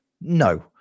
No